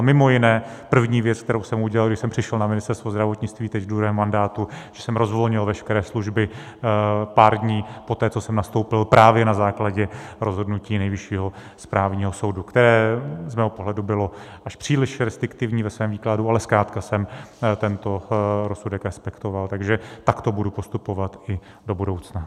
Mimo jiné první věc, kterou jsem udělal, když jsem přišel na Ministerstvo zdravotnictví teď v druhém mandátu, že jsem rozvolnil veškeré služby pár dní poté, co jsem nastoupil, právě na základě rozhodnutí Nejvyššího správního soudu, které z mého pohledu bylo až příliš restriktivní ve svém výkladu, ale zkrátka jsem tento rozsudek respektoval, takže takto budu postupovat i do budoucna.